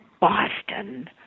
Boston